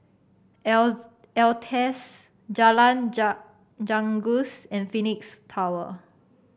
Altez Jalan Janggus and Phoenix Tower